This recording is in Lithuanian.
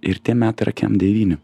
ir tie metai yra kem devyni